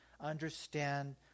Understand